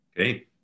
Okay